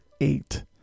eight